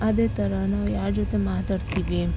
ಅದೆ ಥರ ನಾವು ಯಾರ ಜೊತೆ ಮಾತಾಡ್ತೀವಿ